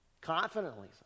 Confidently